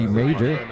major